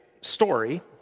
story